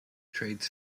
trades